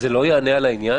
זה לא יענה על העניין,